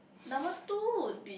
number two would be